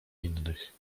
innych